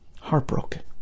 heartbroken